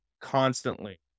constantly